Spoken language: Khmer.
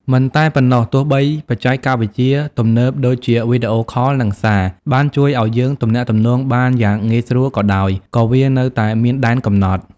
មិនតែប៉ុណ្ណោះ ទោះបីបច្ចេកវិទ្យាទំនើបដូចជាវីដេអូខល និងសារ បានជួយឱ្យយើងទំនាក់ទំនងបានយ៉ាងងាយស្រួលក៏ដោយ ក៏វានៅតែមានដែនកំណត់។